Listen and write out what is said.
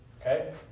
Okay